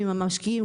עם המשקעים,